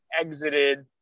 exited